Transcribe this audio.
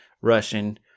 Russian